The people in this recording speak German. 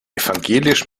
evangelisch